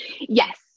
Yes